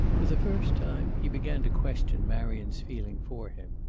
for the first time he began to question marion's feeling for him.